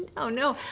no, no,